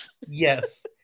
Yes